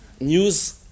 news